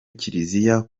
kiriziya